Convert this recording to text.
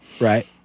Right